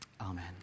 Amen